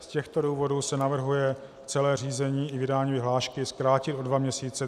Z těchto důvodů se navrhuje celé řízení i vydání vyhlášky zkrátit o dva měsíce.